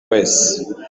wese